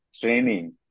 training